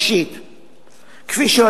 ולא